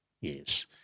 Yes